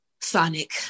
sonic